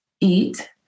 eat